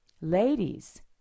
ladies